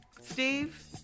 Steve